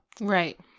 Right